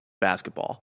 basketball